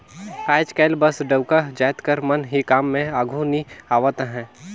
आएज काएल बस डउका जाएत कर मन ही काम में आघु नी आवत अहें